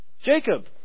Jacob